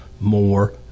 more